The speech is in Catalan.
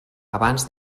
abans